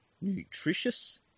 nutritious